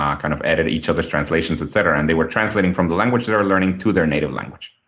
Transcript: um kind of edit each other's translations, etcetera. and they were translating from the language they were learning to their native language.